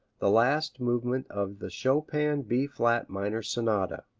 the last movement of the chopin b flat minor sonata.